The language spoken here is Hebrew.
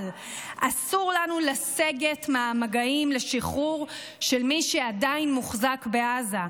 אסור לנו לסגת מהמגעים לשחרור של מי שעדיין מוחזק בעזה.